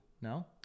no